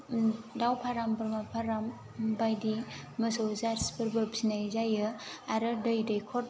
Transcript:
दाउ फाराम बोरमा फाराम बायदि मोसौ जारसिफोरबो फिनाय जायो आरो दै दैखर